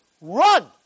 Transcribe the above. run